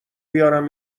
بیارم